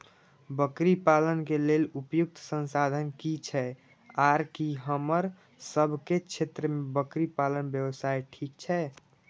बकरी पालन के लेल उपयुक्त संसाधन की छै आर की हमर सब के क्षेत्र में बकरी पालन व्यवसाय ठीक छै?